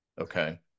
Okay